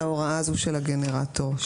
להוראה הזו על הגנרטור.